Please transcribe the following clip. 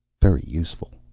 very useful.